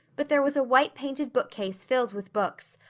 but there was a white-painted bookcase filled with books,